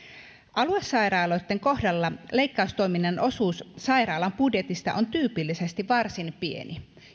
aluesairaaloitten kohdalla leikkaustoiminnan osuus sairaalan budjetista on tyypillisesti varsin pieni